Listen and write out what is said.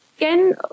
Again